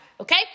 okay